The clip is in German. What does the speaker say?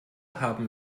haben